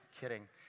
kidding